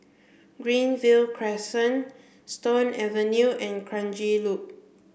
Greenview Crescent Stone Avenue and Kranji Loop